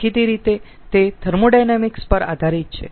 દેખીતી રીતે તે થર્મોોડાયનેમિક્સ પર આધારિત છે